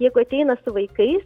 jeigu ateina su vaikais